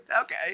Okay